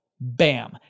Bam